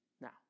Now